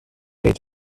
age